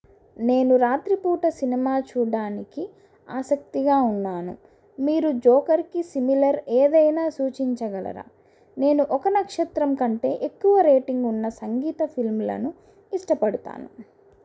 నేను రాత్రి పూట సినిమా చూడడానికి ఆసక్తిగా ఉన్నాను మీరు జోకర్కి సిమిలర్ ఏదైనా సూచించగలరా నేను ఒక నక్షత్రం కంటే ఎక్కువ రేటింగ్ ఉన్న సంగీత ఫిల్మ్లను ఇష్టపడతాను